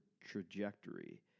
trajectory